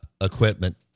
equipment